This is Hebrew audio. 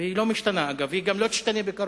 והיא לא משתנה, אגב, והיא גם לא תשתנה בקרוב,